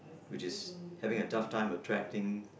which is having a tough time attracting